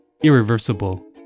irreversible